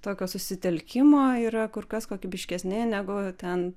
tokio susitelkimo yra kur kas kokybiškesni negu ten